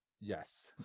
yes